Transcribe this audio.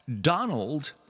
Donald